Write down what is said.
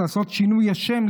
לעשות שינוי שם,